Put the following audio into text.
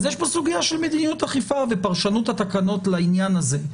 יש פה סוגיה של מדיניות אכיפה ופרשנות התקנות לעניין הזה.